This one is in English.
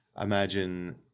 imagine